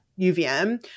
UVM